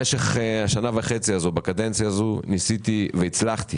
במשך השנה וחצי הזאת ניסיתי והצלחתי